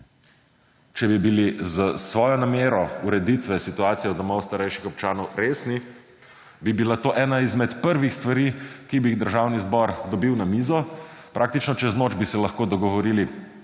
Če bi bili s svojo namero ureditve situacija domov starejših občanov resni, bi bila to ena izmed prvi stvari, ki bi jih Državni zbor dobil na mizo, praktično čez noč bi se lahko dogovorili